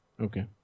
Okay